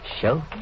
show